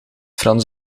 frans